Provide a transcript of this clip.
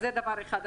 זה דבר אחד.